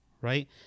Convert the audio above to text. right